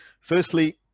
Firstly